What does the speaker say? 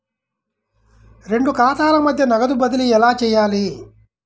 రెండు ఖాతాల మధ్య నగదు బదిలీ ఎలా చేయాలి?